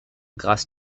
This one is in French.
grâce